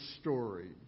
story